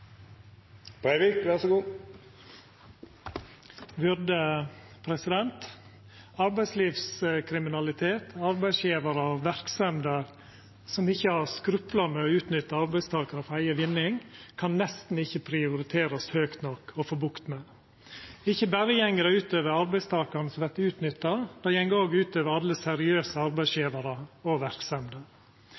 vinning, kan nesten ikkje prioriterast høgt nok å få bukt med. Ikkje berre går det ut over arbeidstakaren som vert utnytta. Det går òg ut over alle seriøse arbeidsgjevarar og